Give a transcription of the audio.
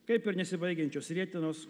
kaip ir nesibaigiančios rietenos